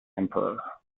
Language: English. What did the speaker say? emperor